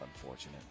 unfortunate